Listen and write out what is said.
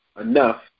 enough